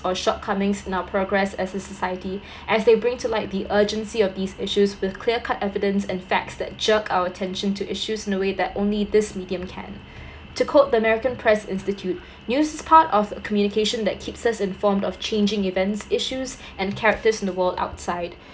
or shortcomings in our progress as a society as they bring to light the urgency of these issues with clear cut evidence and facts that jerk our attention to issues in a way that only this medium can to quote the american press institute news is part of communication that keeps us inform of changing events issues and characters in the world outside